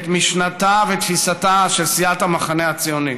משנתה ותפיסתה של סיעת המחנה הציוני.